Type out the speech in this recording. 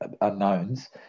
unknowns